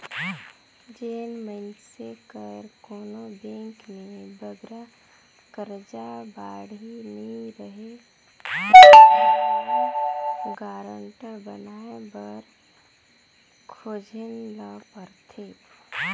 जेन मइनसे कर कोनो बेंक में बगरा करजा बाड़ही नी रहें अइसन लोन गारंटर बनाए बर खोजेन ल परथे